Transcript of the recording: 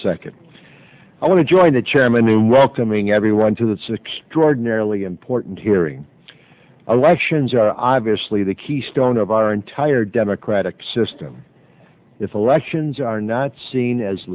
second i want to join the chairman in welcoming everyone to the six drug nearly important hearing alexion zero i v asli the keystone of our entire democratic system if elections are not seen as